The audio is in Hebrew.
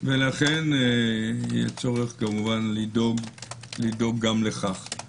ולכן אין צורך לדאוג גם לכך.